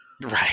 Right